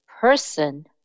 person